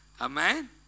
Amen